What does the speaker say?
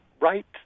right